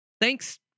Thanks